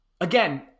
again